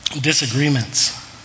disagreements